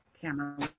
camera